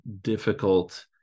difficult